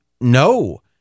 No